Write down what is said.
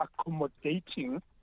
accommodating